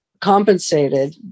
compensated